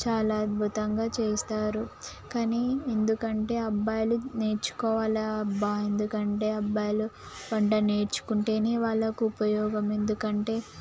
చాలా అద్భుతంగా చేస్తారు కానీ ఎందుకంటే అబ్బాయిలు నేర్చుకోవాలా అబ్బా ఎందుకంటే అబ్బాయిలు వంట నేర్చుకుంటేనే వాళ్ళకు ఉపయోగం ఎందుకంటే